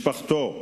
משפחתו סבלה,